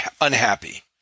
unhappy